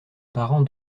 parents